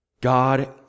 God